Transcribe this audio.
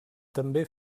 també